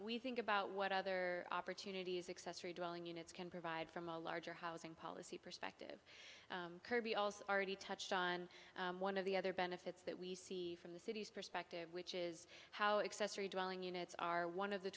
we think about what other opportunities accessory dwelling units can provide from a larger housing policy perspective kirby also already touched on one of the other benefits that we see from the city's perspective which is how excess are you drawling units are one of the